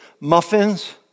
Muffins